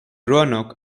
roanoke